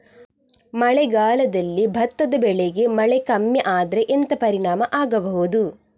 ಮಳೆಗಾಲದಲ್ಲಿ ಭತ್ತದ ಬೆಳೆಗೆ ಮಳೆ ಕಮ್ಮಿ ಆದ್ರೆ ಎಂತ ಪರಿಣಾಮ ಆಗಬಹುದು?